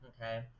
okay